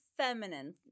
feminine